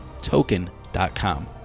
Token.com